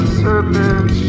serpent